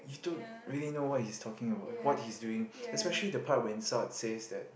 you don't really know what he's talking about what's he's doing especially the part when Salz says that